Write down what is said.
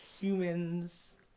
humans